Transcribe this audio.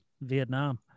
Vietnam